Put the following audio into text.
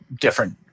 different